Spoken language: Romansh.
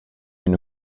ina